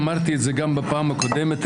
אמרתי את זה גם בפעם הקודמת,